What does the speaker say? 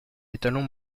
étalon